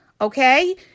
Okay